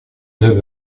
neuf